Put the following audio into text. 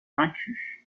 vaincu